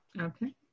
Okay